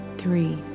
three